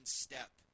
step